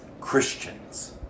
Christians